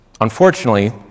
Unfortunately